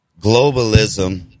globalism